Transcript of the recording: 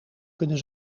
kunnen